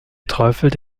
träufelt